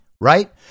right